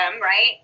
right